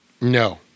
No